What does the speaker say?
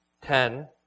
ten